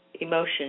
emotion